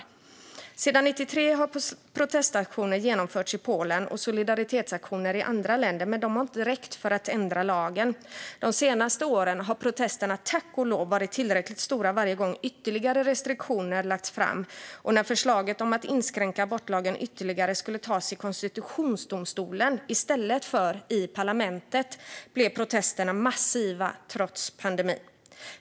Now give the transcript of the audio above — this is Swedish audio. Sedan 1993 har protestaktioner genomförts i Polen och solidaritetsaktioner genomförts i andra länder, men de har inte räckt för att få till stånd en ändring av lagen. De senaste åren har protesterna tack och lov varit tillräckligt stora varje gång förslag till ytterligare restriktioner lagts fram, och när förslaget om att inskränka abortlagen ytterligare skulle behandlas i konstitutionsdomstolen i stället för i parlamentet blev protesterna massiva trots pandemin.